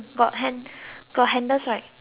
got handles right